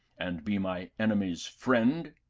and be my enemy's friend?